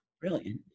brilliant